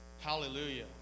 Hallelujah